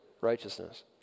righteousness